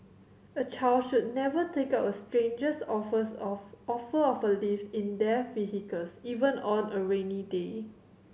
a child should never take up a stranger's offers of offer of lift in their vehicles even on a rainy day